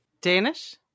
Danish